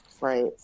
right